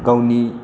गावनि